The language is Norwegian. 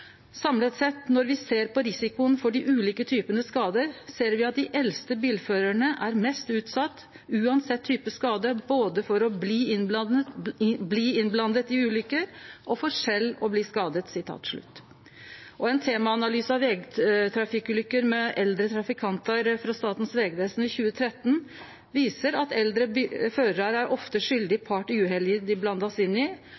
Samlet sett, når vi ser på risikoen for de ulike typene skader, ser vi at de eldste bilførerne er mest utsatt uansett type skade, både for å bli innblandet i ulykker og for selv å bli skadet.» Ein temaanalyse av vegtrafikkulykker med eldre trafikantar frå Statens vegvesen i 2013 viser at eldre førarar ofte er skyldig part i